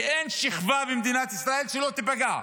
כי אין שכבה במדינת ישראל שלא תיפגע.